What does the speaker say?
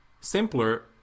simpler